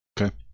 Okay